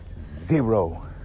Zero